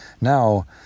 now